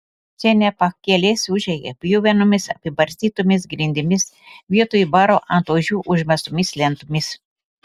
čia ne pakelės užeiga pjuvenomis apibarstytomis grindimis vietoj baro ant ožių užmestomis lentomis